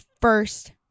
first